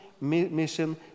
mission